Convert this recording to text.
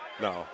No